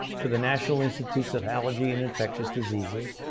to the national institute of allergy and infectious diseases,